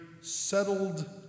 settled